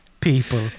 people